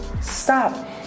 stop